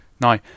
Now